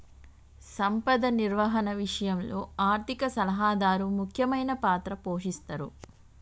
సంపద నిర్వహణ విషయంలో ఆర్థిక సలహాదారు ముఖ్యమైన పాత్ర పోషిస్తరు